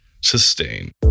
sustain